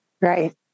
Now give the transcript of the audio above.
Right